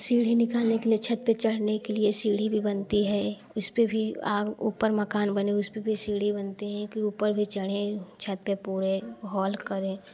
सीढ़ी निकालने के लिए छत पर चढ़ने के लिए सीढ़ी भी बनती है इस पर भी आप ऊपर मकान बना उस पर भी सीढ़ी बनती है कि ऊपर भी चढ़े छत पर पूरे हॉल करे